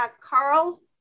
Carl